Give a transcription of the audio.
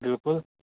بِلکُل